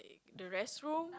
the restroom